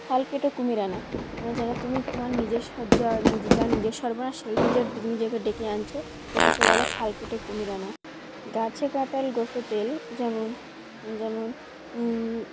খাল কেটে কুমির আনা মানে যেন তুমি তোমার নিজের সব যা নিজ যার নিজের সর্বনাশই সেই নিজের নিজেকে ডেকে আনছে এটাকে বলে খাল কেটে কুমির আনা গাছে কাঁঠাল গোঁফে তেল যেমন যেমন